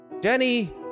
Jenny